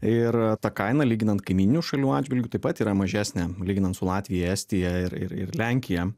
ir ta kaina lyginant kaimyninių šalių atžvilgiu taip pat yra mažesnė lyginant su latvija estija ir ir lenkija